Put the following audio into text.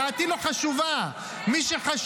די עם דף המסרים, תגידו דברים אמיתיים.